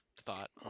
thought